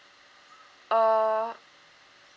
oh